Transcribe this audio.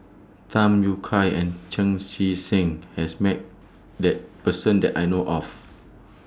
Tham Yui Kai and Chan Chee Seng has Met that Person that I know of